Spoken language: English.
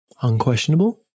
unquestionable